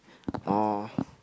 oh